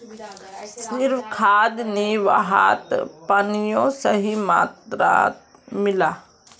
सिर्फ खाद नी वहात पानियों सही मात्रात मिला